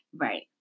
Right